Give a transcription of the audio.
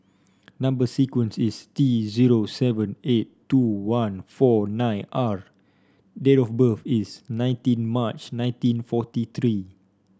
number sequence is T zero seven eight two one four nine R date of birth is nineteen March nineteen forty three